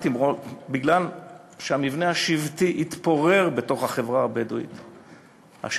בגלל שהמבנה השבטי בחברה הבדואית התפורר,